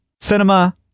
Cinema